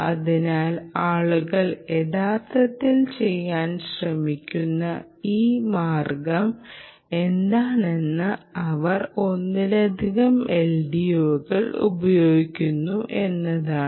അതിനാൽ ആളുകൾ യഥാർത്ഥത്തിൽ ചെയ്യാൻ ശ്രമിക്കുന്ന ഒരു മാർഗം എന്താണെന്നാൽ അവർ ഒന്നിലധികം LDOകൾ ഉപയോഗിക്കുന്നു എന്നതാണ്